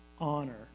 honor